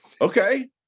Okay